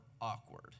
awkward